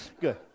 Good